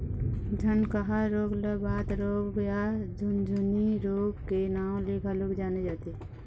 झनकहा रोग ल बात रोग या झुनझनी रोग के नांव ले घलोक जाने जाथे